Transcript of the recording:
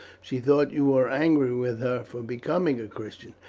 she thought you were angry with her for becoming a christian.